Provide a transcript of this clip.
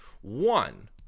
One